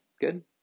good